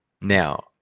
Now